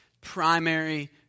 primary